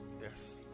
Yes